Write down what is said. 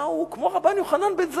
נתניהו הוא כמו רבן יוחנן בן זכאי.